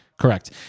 Correct